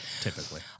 Typically